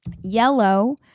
Yellow